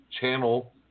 channel